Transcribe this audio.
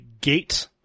gate